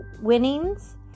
winnings